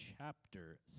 chapter